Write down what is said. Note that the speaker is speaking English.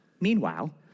Meanwhile